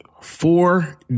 Four